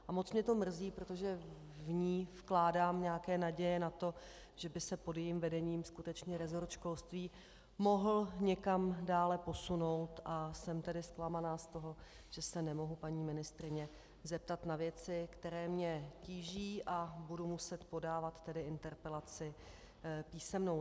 A moc mě to mrzí, protože v ni vkládám nějaké naděje na to, že by se pod jejím vedením skutečně resort školství mohl někam dále posunout, a jsem tedy zklamaná z toho, že se nemohu paní ministryně zeptat na věci, které mě tíží, a budu muset podávat interpelaci písemnou.